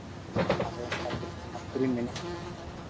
ᱟᱨᱚ ᱚᱱᱠᱟ ᱚᱠᱟ ᱰᱟᱠᱛᱟᱨ ᱠᱚ ᱢᱮᱱᱟᱜ ᱠᱚᱣᱟ